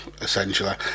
essentially